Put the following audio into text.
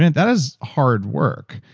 that is hard work,